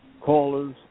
callers